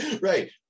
Right